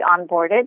onboarded